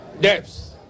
deaths